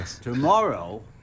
tomorrow